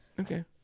Okay